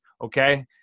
okay